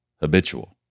habitual